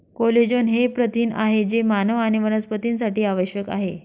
collagen हे प्रथिन आहे जे मानव आणि वनस्पतींसाठी आवश्यक आहे